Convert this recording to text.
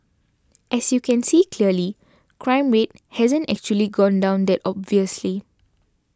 as you can see clearly crime rate hasn't actually gone down that obviously